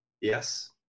Yes